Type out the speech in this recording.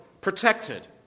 Protected